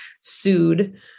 sued